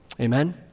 Amen